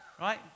right